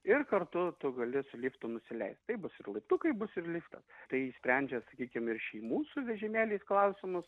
ir kartu tu gali su liftu nusileist tai bus ir laiptukai bus ir liftas tai išsprendžia sakykim ir šeimų su vežimėliais klausimus